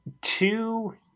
two